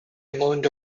amount